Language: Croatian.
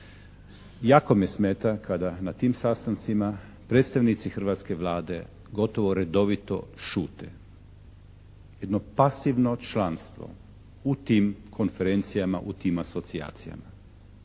Jako me smeta kada na tim sastancima predstavnici hrvatske Vlade gotovo redovito šute. Jedno pasivno članstvo u tim konferencijama, u tim asocijacijama.